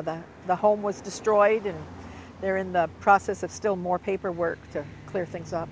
that the home was destroyed and there in the process of still more paperwork to clear things up